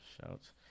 Shouts